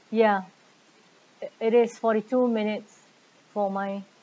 ya i~ it is forty two minutes for mine